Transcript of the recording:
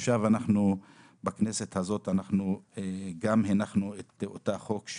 עכשיו בכנסת הכנסת גם הנחנו את אותו חוק,